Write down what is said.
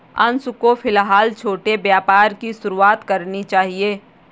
अंशु को फिलहाल छोटे व्यापार की शुरुआत करनी चाहिए